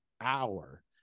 hour